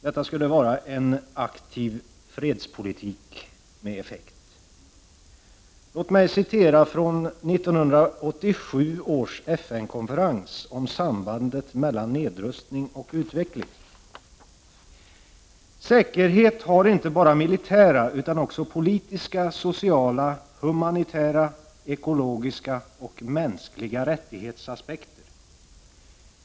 Detta skulle vara en aktiv fredspolitik med effekt. Låt mig citera några rader från 1987 års FN-konferens om sambandet mellan nedrustning och utveckling: ”Säkerhet har inte bara militära utan också politiska, sociala, humanitära, ekologiska och mänskliga rättighetsaspekter.